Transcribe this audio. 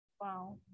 Wow